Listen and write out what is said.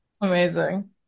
Amazing